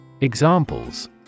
Examples